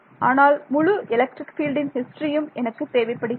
ஆனால் முழு எலக்ட்ரிக் பீல்டின் ஹிஸ்டரியும் எனக்கு தேவைப்படுகிறது